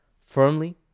firmly